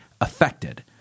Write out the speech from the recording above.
affected